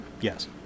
Yes